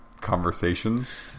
conversations